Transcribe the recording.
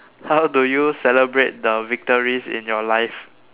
how do you celebrate the victories in your life